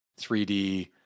3D